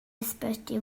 ysbyty